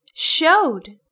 showed